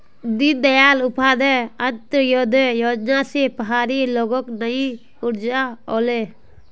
दीनदयाल उपाध्याय अंत्योदय योजना स पहाड़ी लोगक नई ऊर्जा ओले